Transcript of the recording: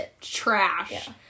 trash